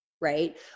right